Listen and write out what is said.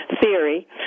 theory